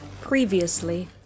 Previously